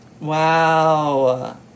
Wow